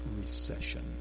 recession